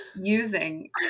using